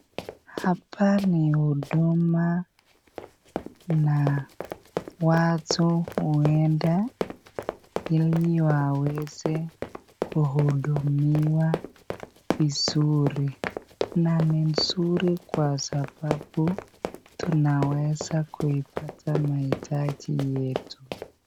Hapa ni huduma na watu huenda ili waweze kuhudumiwa vizuri na ni nzuri kwa sababu tunaweza kuipata mahitaji yetu.